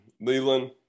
Leland